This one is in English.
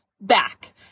back